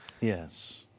Yes